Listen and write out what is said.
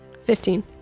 Fifteen